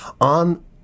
on